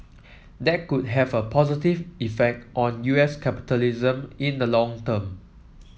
that could have a positive effect on U S capitalism in the long term